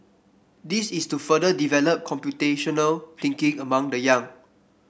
this is to further develop computational thinking among the young